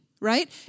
right